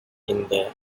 இந்த